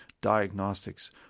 diagnostics